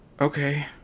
okay